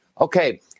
okay